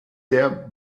der